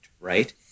right